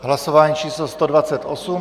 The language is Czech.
Hlasování číslo 128.